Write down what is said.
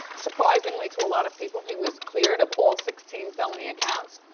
surprisingly to a lot of people he was cleared of all sixteen felony accounts